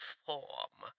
form